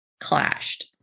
clashed